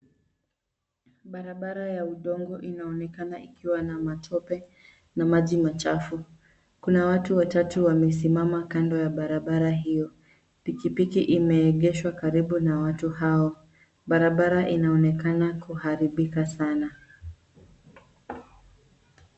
Barabara ya udongo inaonekana ikiwa na matope na maji machafu. Kuna watu watatu wamesimama kando ya barabara hio. Pikipiki imeegeshwa karibu na watu hao. Barabara inaonekana kuharibika sana.